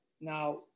Now